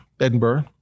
Edinburgh